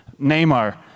Neymar